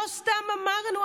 לא סתם אמרנו.